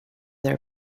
their